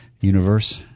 universe